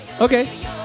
Okay